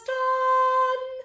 done